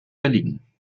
billigen